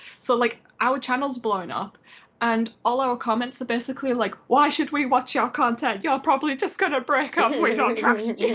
so like our channels blown up and all our comments are basically like why should we watch your content? you're probably just gonna break up. um and we don't trust you!